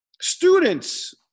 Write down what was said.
students